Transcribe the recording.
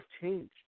changed